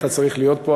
אתה צריך להיות פה,